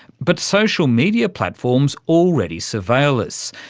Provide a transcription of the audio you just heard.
but social media platforms already surveil us,